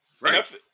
right